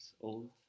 old